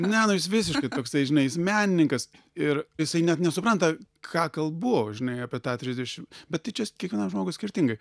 ne nu jis visiškai toksai žinai jis menininkas ir jisai net nesupranta ką kalbu žinai apie tą trisdešim bet tai čia kiekvienam žmogui skirtingai